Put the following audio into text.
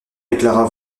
déclarent